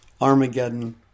Armageddon